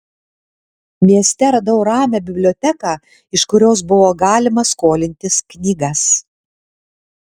mieste radau ramią biblioteką iš kurios buvo galima skolintis knygas